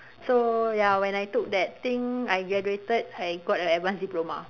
so ya when I took that thing I graduated I got an advanced diploma